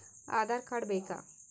Aadhaar card ಬೇಕಾ?